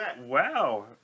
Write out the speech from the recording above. wow